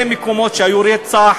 ובהרבה מקומות שהיה רצח,